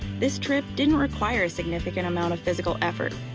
this trip didn't require a significant amount of physical effort,